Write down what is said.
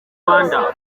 rwanda